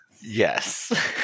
Yes